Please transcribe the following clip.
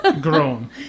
grown